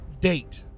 date